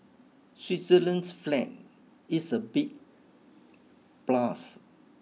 Switzerland's flag is a big plus